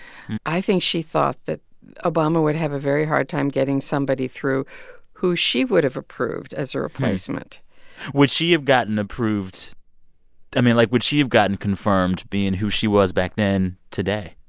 i think she thought that obama would have a very hard time getting somebody through who she would've approved as a replacement would she have gotten approved i mean, like, would she have gotten confirmed, being who she was back then, today?